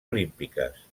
olímpiques